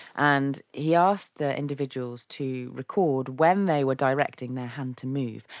and he asked the individuals to record when they were directing their hand to move.